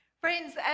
Friends